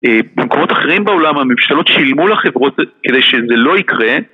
במקומות אחרים בעולם הממשלות שילמו לחברות כדי שזה לא יקרה